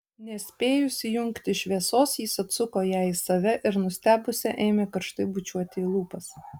nespėjus įjungti šviesos jis atsuko ją į save ir nustebusią ėmė karštai bučiuoti į lūpas